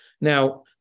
Now